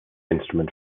instrument